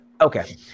okay